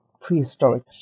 prehistoric